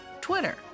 Twitter